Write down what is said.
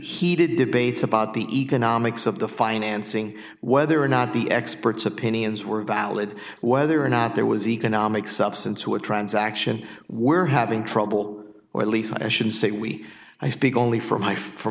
heated debates about the economics of the financing whether or not the experts opinions were valid whether or not there was economic substance to a transaction were having trouble or at least i should say we i speak only for my for